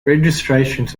registrations